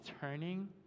turning